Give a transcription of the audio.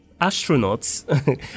astronauts